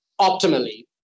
optimally